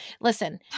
listen